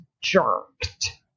jerked